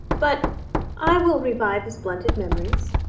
but i will revive his blunted memories.